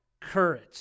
courage